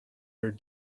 her